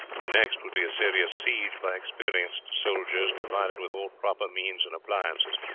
the next would be a serious siege by experienced soldiers provided with all proper means and appliances.